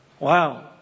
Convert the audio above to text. Wow